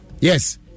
Yes